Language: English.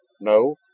No